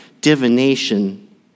divination